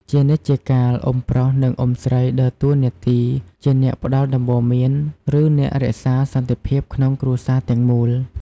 ជានិច្ចជាកាល អ៊ុំប្រុស និងអ៊ុំស្រីដើរតួនាទីជាអ្នកផ្តល់ដំបូន្មាន ឬអ្នករក្សាសន្តិភាពក្នុងគ្រួសារទាំងមូល។